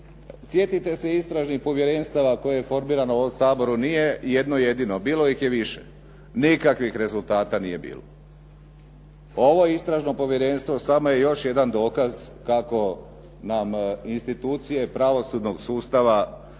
sjetite se istražnih povjerenstava koje je formirano u ovom Saboru, nije jedno jedino, bilo ih je više. Nikakvih rezultata nije bilo. Ovo Istražno povjerenstvo samo je još jedan dokaz kako nam institucije pravosudnog sustava